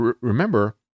remember